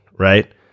right